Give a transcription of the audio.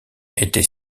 était